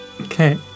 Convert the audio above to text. Okay